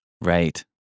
right